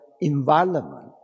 environment